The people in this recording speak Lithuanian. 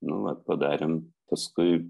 nu vat padarėm paskui